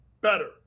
better